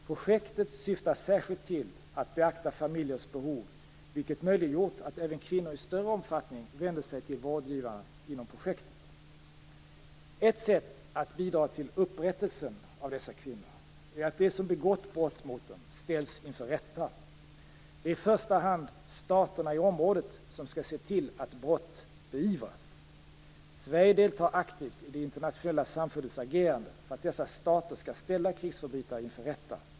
Projektet syftar särskilt till att beakta familjers behov, vilket möjliggjort att även kvinnor i större omfattning vänder sig till vårdgivarna inom projektet. Ett sätt att bidra till upprättelsen av dessa kvinnor är att de som begått brott mot dem ställs inför rätta. Det är i första hand staterna i området som skall se till att brott beivras. Sverige deltar aktivt i det internationella samfundets agerande för att dessa stater skall ställa krigsförbrytare inför rätta.